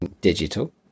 digital